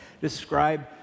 describe